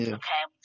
okay